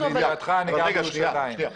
לידיעתך, אני גר בירושלים.